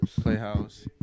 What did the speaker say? Playhouse